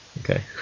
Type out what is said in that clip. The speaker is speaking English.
Okay